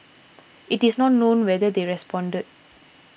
it is not known whether they responded